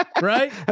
Right